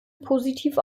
positiv